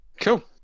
Cool